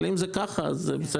אבל אם זה ככה, אז בסדר.